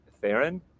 Theron